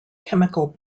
chemical